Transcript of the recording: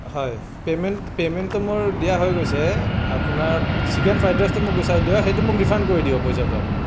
হয় পে'মেণ্ট পে'মেণ্টো মোৰ দিয়া হৈ গৈছে আপোনাৰ চিকেন ফ্ৰাইড ৰাইচটো মোক গুচাই দিয়ক সেইটো ৰিফাণ্ড কৰি দিয়ক পইচাটো আপুনি